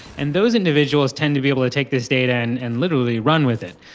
and those individuals tend to be able to take this data and and literally run with it,